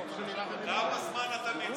כמה זמן אתה מציע?